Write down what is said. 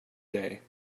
day